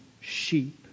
sheep